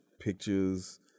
pictures